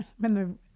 remember